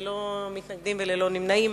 ללא מתנגדים וללא נמנעים,